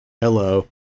hello